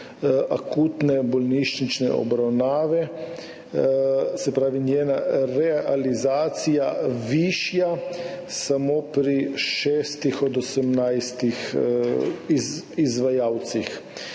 akutne bolnišnične obravnave, se pravi njena realizacija, višja samo pri šestih od osemnajstih izvajalcev.